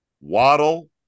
Waddle